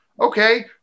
Okay